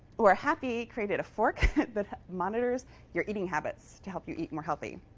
or hapi created a fork that monitors your eating habits to help you eat more healthy.